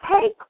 Take